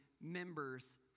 members